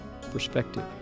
perspective